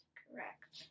correct